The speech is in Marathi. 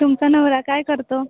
तुमचा नवरा काय करतो